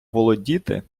володіти